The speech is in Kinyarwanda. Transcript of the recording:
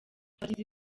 abagizi